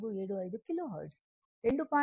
475 kilohertz 2